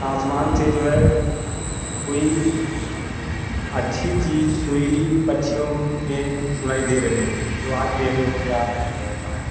आसमान से जो है कोई अच्छी चीज सुरीली पक्षियों में सुनाई दे रही है तो आज भी हमें वो याद है जो है कहानी